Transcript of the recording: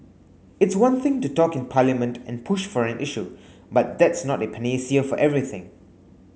it's one thing to talk in Parliament and push for an issue but that's not a panacea for everything